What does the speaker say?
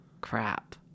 crap